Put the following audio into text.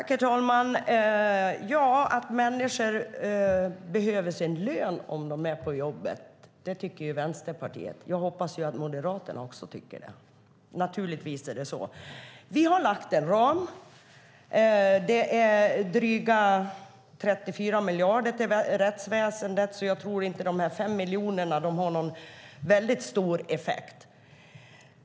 Herr talman! Att människor behöver sin lön om de är på jobbet tycker Vänsterpartiet. Jag hoppas ju att Moderaterna också tycker det. Naturligtvis är det så. Vi har lagt en ram. Det är dryga 34 miljarder till rättsväsendet så jag tror inte att de här 5 miljonerna har någon väldigt stor effekt.